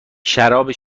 شراب